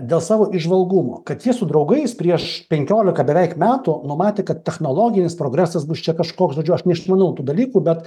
dėl savo įžvalgumo kad jie su draugais prieš penkiolika beveik metų numatė kad technologinis progresas bus čia kažkoks žodžiu aš neišmanau tų dalykų bet